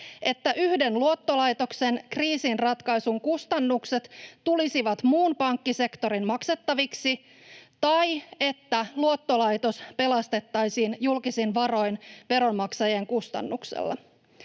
että yhden luottolaitoksen kriisinratkaisun kustannukset tulisivat muun pankkisektorin maksettaviksi tai että luottolaitos pelastettaisiin julkisin varoin veronmaksajien kustannuksella.